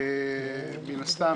ומן הסתם,